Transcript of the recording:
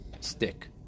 stick